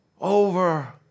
Over